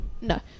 No